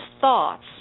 thoughts